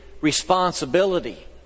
responsibility